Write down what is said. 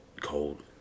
cold